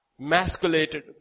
Masculated